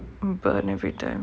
mm paan everytime